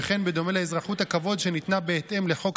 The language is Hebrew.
וכן בדומה לאזרחות הכבוד שניתנה בהתאם לחוק